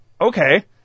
Okay